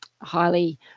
highly